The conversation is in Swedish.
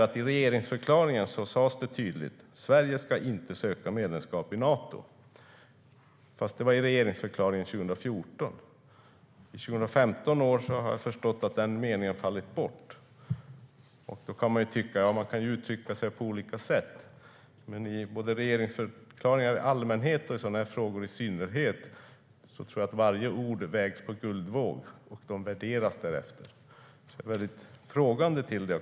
I regeringsförklaringen sas det tydligt att Sverige inte ska söka medlemskap i Nato. Fast det var i regeringsförklaringen 2014. I 2015 års regeringsförklaring har jag förstått att den meningen har fallit bort. Man kan ju uttrycka sig på olika sätt, men i regeringsförklaringar i allmänhet och i sådana här frågor i synnerhet vägs varje ord på guldvåg och värderas därefter. Jag ställer mig därför lite frågande.